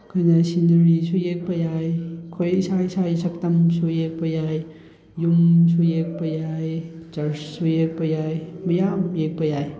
ꯑꯩꯈꯣꯏꯅ ꯁꯤꯅꯔꯤꯁꯨ ꯌꯦꯛꯄ ꯌꯥꯏ ꯑꯩꯈꯣꯏ ꯏꯁꯥ ꯏꯁꯥꯒꯤ ꯁꯛꯇꯝꯁꯨ ꯌꯦꯛꯄ ꯌꯥꯏ ꯌꯨꯝꯁꯨ ꯌꯦꯛꯄ ꯌꯥꯏ ꯆꯔꯁꯁꯨ ꯌꯦꯛꯄ ꯌꯥꯏ ꯃꯌꯥꯝ ꯌꯦꯛꯄ ꯌꯥꯏ